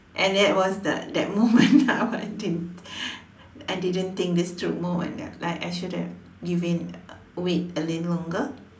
and that was the that moment of I didn't I didn't think this through moment ya like I should have give in wait a little longer